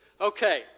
Okay